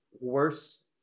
worse